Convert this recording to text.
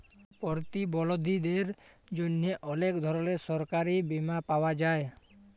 পরতিবলধীদের জ্যনহে অলেক ধরলের সরকারি বীমা পাওয়া যায়